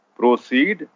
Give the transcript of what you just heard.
proceed